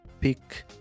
pick